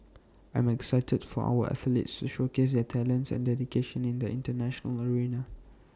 I am excited for our athletes to showcase their talents and dedication in the International arena